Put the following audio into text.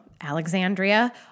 Alexandria